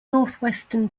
northwestern